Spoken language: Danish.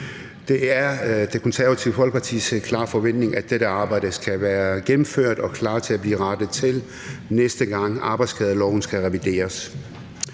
Det er Det Konservative Folkepartis klare forventning, at dette arbejde skal være gennemført og klar til at blive rettet til, næste gang arbejdsskadeloven skal revideres.